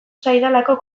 zaidalako